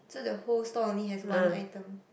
so the whole store only has one item